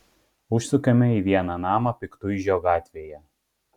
užsukame į vieną namą piktuižio gatvėje